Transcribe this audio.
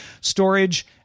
storage